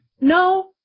No